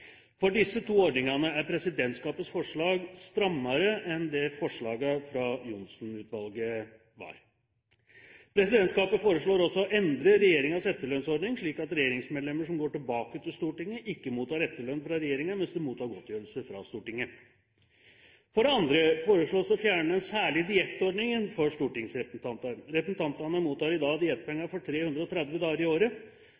For disse to ordningene er presidentskapets forslag strammere enn forslaget fra Johnsen-utvalget. Presidentskapet foreslår også å endre regjeringens etterlønnsordning, slik at regjeringsmedlemmer som går tilbake til Stortinget, ikke mottar etterlønn fra regjeringen mens de mottar godtgjørelse fra Stortinget. For det andre foreslås det å fjerne den særlige diettordningen for stortingsrepresentanter. Representantene mottar i dag